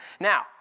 Now